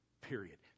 Period